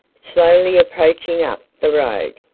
slowly approaching up the road.